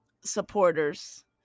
supporters